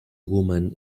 woman